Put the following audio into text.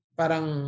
parang